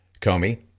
Comey